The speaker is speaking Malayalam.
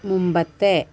മുമ്പത്തെ